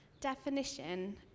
Definition